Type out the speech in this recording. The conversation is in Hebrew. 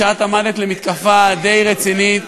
שאת עמדת למתקפה די רצינית